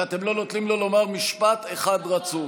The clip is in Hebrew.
ואתם לא נותנים לו לומר משפט אחד רצוף.